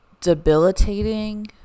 debilitating